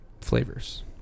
Flavors